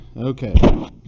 Okay